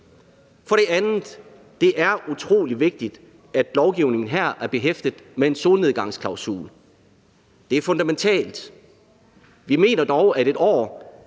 For det andet er det utrolig vigtigt, at lovgivningen her er behæftet med en solnedgangsklausul. Det er fundamentalt. Vi mener dog, at et år